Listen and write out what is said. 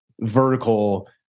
vertical